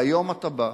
היום אתה בא,